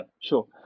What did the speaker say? sure